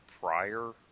prior